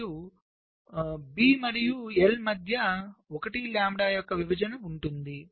మరియు B మరియు I మధ్య 1 లాంబ్డా యొక్క విభజన ఉంటుంది